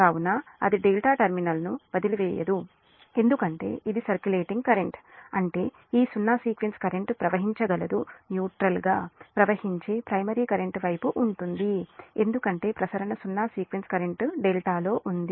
కాబట్టి అది డెల్టా టెర్మినల్ను వదిలివేయదు ఎందుకంటే ఇది సర్కి లైటింగ్ కరెంట్ అంటే ఈ సున్నా సీక్వెన్స్ కరెంట్ ప్రవహించగలదు న్యూట్రల్గా ప్రవహించే ప్రైమరీ కరెంట్ వైపు ఉంటుంది ఎందుకంటే ప్రసరణ సున్నా సీక్వెన్స్ కరెంట్ డెల్టాలో ఉంది